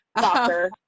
soccer